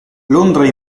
londra